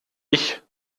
ich